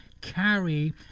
carry